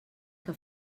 que